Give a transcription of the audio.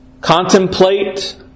contemplate